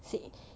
see